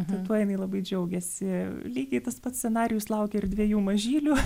tuo jinai labai džiaugiasi lygiai tas pats scenarijus laukia ir dviejų mažylių